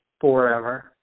forever